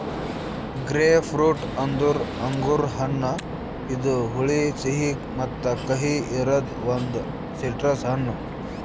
grapefruit ಅಂದುರ್ ಅಂಗುರ್ ಹಣ್ಣ ಇದು ಹುಳಿ, ಸಿಹಿ ಮತ್ತ ಕಹಿ ಇರದ್ ಒಂದು ಸಿಟ್ರಸ್ ಹಣ್ಣು